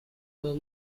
will